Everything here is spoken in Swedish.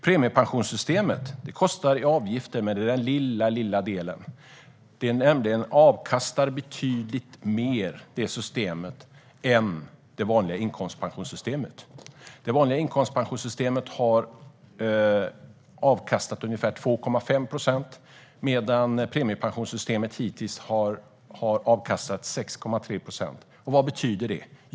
Premiepensionssystemet kostar i avgifter, men det är en liten del. Det avkastar nämligen betydligt mer än det vanliga inkomstpensionssystemet. Det vanliga inkomstpensionssystemet har avkastat ungefär 2,5 procent, medan premiepensionssystemet hittills har avkastat 6,3 procent. Vad betyder det?